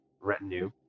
retinue